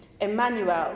Emmanuel